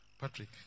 Patrick